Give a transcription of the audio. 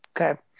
Okay